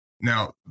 Now